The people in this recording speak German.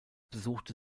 besuchte